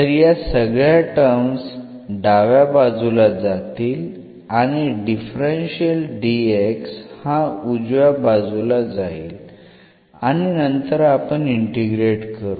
तर या सगळ्या टर्म्स डाव्या बाजूला जातील आणि डिफरन्शियल dx हा उजव्या बाजूला जाईल आणि नंतर आपण इंटिग्रेट करू